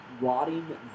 rotting